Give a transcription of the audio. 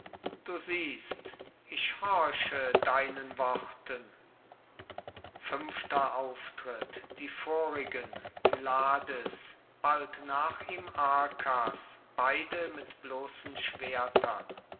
du siehst ich horche deinen worten fünfter auftritt die vorigen pylades bald nach ihm arkas beide mit bloßen schwertern